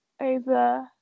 over